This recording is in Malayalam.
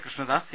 കൃഷ്ണദാസ് സി